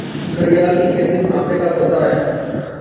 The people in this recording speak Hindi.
घड़ियाल की खेती मुनाफे का सौदा है